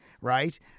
right